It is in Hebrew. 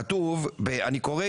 כתוב אני קורא,